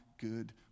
good